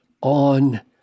on